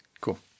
Cool